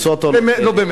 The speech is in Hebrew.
נו, באמת.